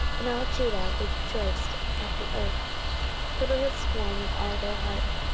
and all judah rejoiced at the oath for they had sworn with all their heart,